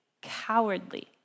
cowardly